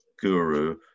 guru